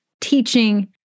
teaching